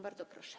Bardzo proszę.